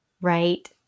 right